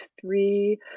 three